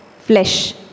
flesh